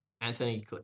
Anthony